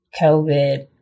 COVID